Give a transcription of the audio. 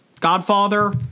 Godfather